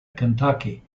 kentucky